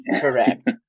Correct